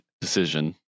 decision